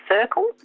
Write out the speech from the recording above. circle